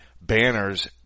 banners